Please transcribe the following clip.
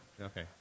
Okay